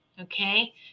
Okay